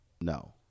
No